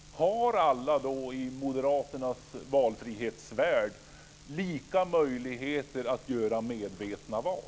Har alla i Moderaternas valfrihetsvärld lika möjligheter att göra medvetna val?